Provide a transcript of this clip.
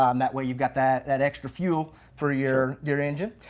um that way you've got that that extra fuel for your your engine.